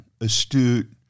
astute